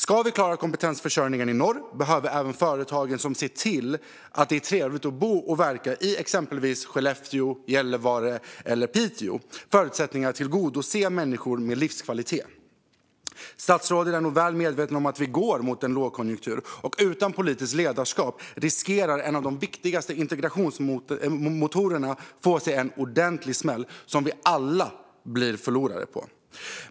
Ska man klara kompetensförsörjningen i norr behöver även företagen som ser till att det är trevligt att bo och verka i exempelvis Skellefteå, Gällivare eller Piteå få förutsättningar att förse människor med livskvalitet. Statsrådet är nog väl medveten om att Sverige går mot en lågkonjunktur, och utan politiskt ledarskap riskerar en av de viktigaste integrationsmotorerna att få sig en ordentlig smäll som vi alla förlorar på.